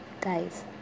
guys